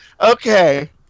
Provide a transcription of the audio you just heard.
Okay